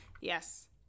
Yes